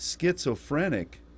schizophrenic